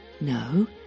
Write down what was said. No